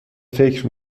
فکر